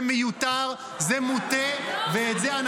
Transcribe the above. זה יכול להיות במסגרת תאגיד שיעסוק רק בזה,